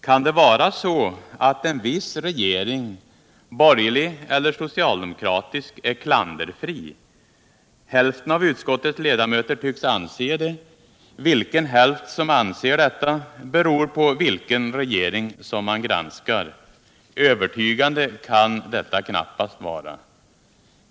Kan det vara så att en viss regering, borgerlig eller socialdemokratisk, är klanderfri? Hälften av utskottets ledamöter tycks anse det. Vilken hälft som anser detta beror på vilken regering som man granskar. Övertygande kan detta knappast vara.